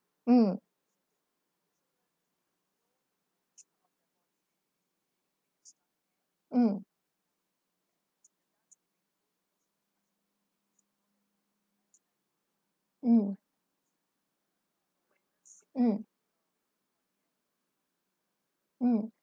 mm mm mm mm mm